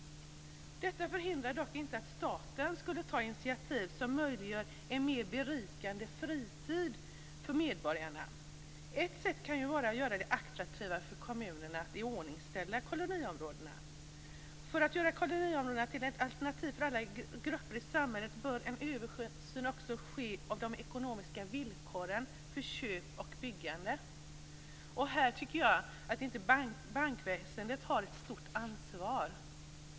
Detta förhindrar dock inte att staten borde ta initiativ som möjliggör en mer berikande fritid för medborgarna. Ett sätt kan ju vara att göra det attraktivare för kommunerna att iordningställa koloniområden. För att göra koloniområdena till ett alternativ för alla grupper i samhället bör en översyn också ske av de ekonomiska villkoren för köp och byggande. Här tycker jag att inte minst bankväsendet har ett stort ansvar.